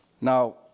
Now